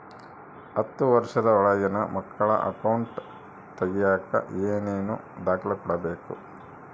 ಹತ್ತುವಷ೯ದ ಒಳಗಿನ ಮಕ್ಕಳ ಅಕೌಂಟ್ ತಗಿಯಾಕ ಏನೇನು ದಾಖಲೆ ಕೊಡಬೇಕು?